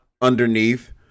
underneath